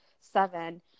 seven